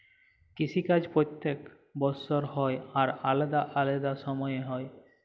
কিসি কাজ প্যত্তেক বসর হ্যয় আর আলেদা আলেদা সময়ে হ্যয়